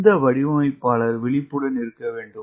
எந்த வடிவமைப்பாளர்கள் விழிப்புடன் இருக்க வேண்டும்